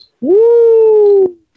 Woo